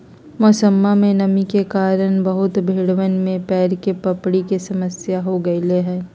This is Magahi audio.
मौसमा में नमी के कारण बहुत भेड़वन में पैर के पपड़ी के समस्या हो गईले हल